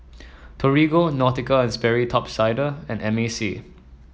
Torigo Nautica And Sperry Top Sider and M A C